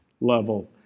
level